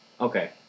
Okay